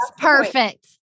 perfect